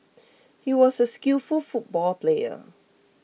he was a skillful football player